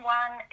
one